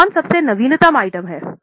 तो कौन सबसे नवीनतम आइटम हैं